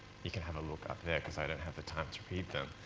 you can have a look up there because i don't have the time to read them.